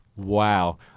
Wow